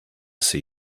see